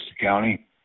County